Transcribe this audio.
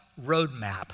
roadmap